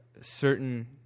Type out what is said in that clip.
certain